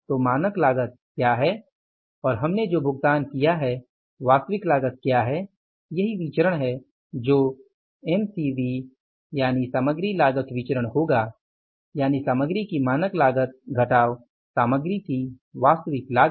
तो मानक लागत क्या है और हमने जो भुगतान किया है वास्तविक लागत क्या है यही विचरण है जो MCV होगा यानि यानी सामग्री की मानक लागत घटाव सामग्री की वास्तविक लागत